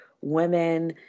women